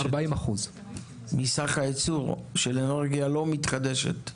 40%. מסך הייצור של אנרגיה לא מתחדשת?